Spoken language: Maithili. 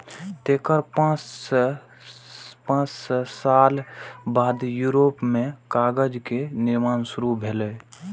तेकर पांच सय साल बाद यूरोप मे कागज के निर्माण शुरू भेलै